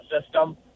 system